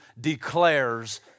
declares